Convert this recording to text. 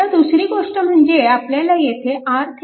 आता दुसरी गोष्ट म्हणजे आपल्याला येथे RThevenin